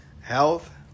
health